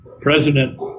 President